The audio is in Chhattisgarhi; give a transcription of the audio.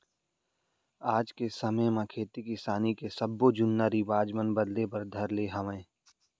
आज के समे म खेती किसानी करे के सब्बो जुन्ना रिवाज मन बदले बर धर ले हवय